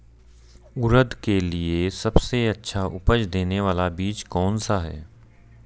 उड़द के लिए सबसे अच्छा उपज देने वाला बीज कौनसा है?